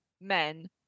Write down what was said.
men